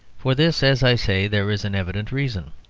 for this, as i say, there is an evident reason.